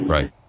Right